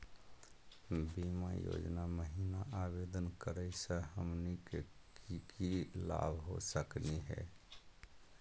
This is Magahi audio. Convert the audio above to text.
बीमा योजना महिना आवेदन करै स हमनी के की की लाभ हो सकनी हे?